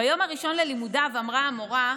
ביום הראשון ללימודיו אמרה המורה: